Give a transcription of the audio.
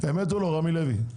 אמת או לא רמי לוי?